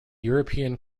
european